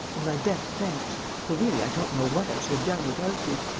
and my best thanks. for really i don't know what i should have done without you.